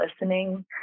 listening